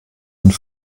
und